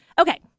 Okay